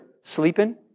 sleeping